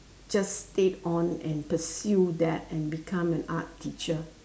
just stayed on and pursue that and become an art teacher